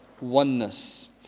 oneness